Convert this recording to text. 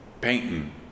painting